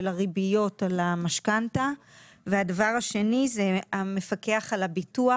הריביות על המשכנתא והדבר השני זה המפקח על הביטוח,